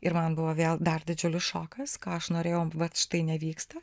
ir man buvo vėl dar didžiulis šokas ką aš norėjau vat štai nevyksta